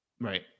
Right